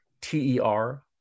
T-E-R